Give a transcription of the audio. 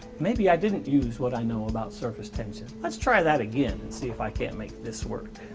maybe i didn't use what i know about surface tension. let's try that again and see if i can't make this work.